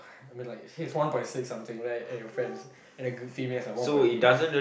I mean like he's one point six something right and your friend is and the g~ female is one point eight